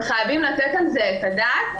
וחייבים לתת על זה את הדעת.